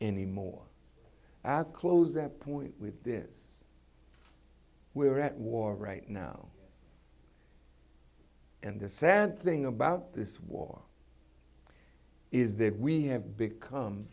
anymore at close that point with this we are at war right now and the sad thing about this war is that we have become